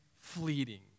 fleeting